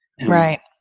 right